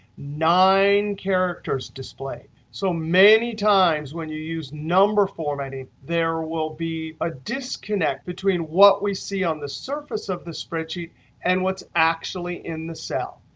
nine characters displayed. so many times, when you use number formatting, there will be a disconnect between what we see on the surface of the spreadsheet and what's actually in the cell.